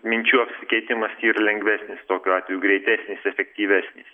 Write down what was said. minčių apsikeitimas yra lengvesnis tokiu atveju greitesnis efektyvesnis